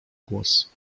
głos